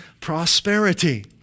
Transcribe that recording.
prosperity